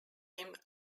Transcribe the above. him